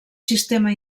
sistema